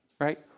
right